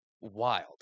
wild